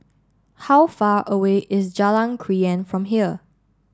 how far away is Jalan Krian from here